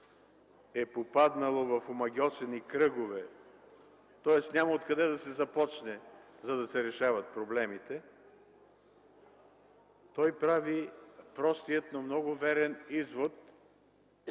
е попаднало в омагьосани кръгове, тоест няма откъде да се започне, за да се решават проблемите, прави простия, но много верен извод,